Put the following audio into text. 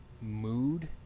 mood